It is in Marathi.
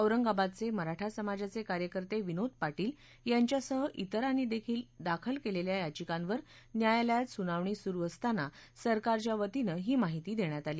औरंगाबादचे मराठा समाजाचे कार्यकर्ते विनोद पाटील यांच्यासह त्रेरांनीदाखल केलेल्या याचिकांवर न्यायालयात सुनावणी सुरू असताना सरकारच्यावतीनं ही माहिती देण्यात आली